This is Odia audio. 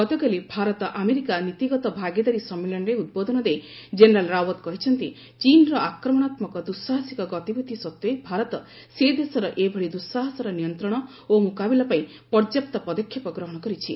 ଗତକାଲି ଭାରତ ଆମେରିକା ନୀତିଗତ ଭାଗିଦାରୀ ସମ୍ମିଳନୀରେ ଉଦ୍ବୋଧନ ଦେଇ ଜେନେରାଲ ରାଓ୍ୱତ କହିଛନ୍ତି ଚୀନ୍ର ଆକ୍ରମଣାତ୍ମକ ଦୁଃସାହସିକ ଗତିବିଧି ସତ୍ତ୍ୱେ ଭାରତ ସେ ଦେଶର ଏଭଳି ଦ୍ୟୁସାହସର ନିୟନ୍ତ୍ରଣ ଓ ମୁକାବିଲା ପାଇଁ ପର୍ଯ୍ୟାପ୍ତ ପଦକ୍ଷେପ ଗ୍ରହଣ କରିଛି